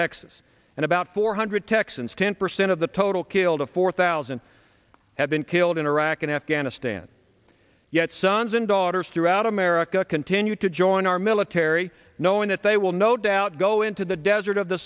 texas and about four hundred texans ten percent of the total killed a four thousand have been killed in iraq and afghanistan yet sons and daughters throughout america continue to join our military knowing that they will no doubt go into the desert of the